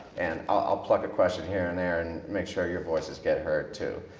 and i'll pluck a question here and there and make sure your voices get heard, too.